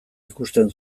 ikusten